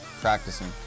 practicing